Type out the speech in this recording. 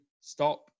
stop